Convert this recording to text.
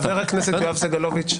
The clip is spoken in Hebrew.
חבר הכנסת יואב סגלוביץ'.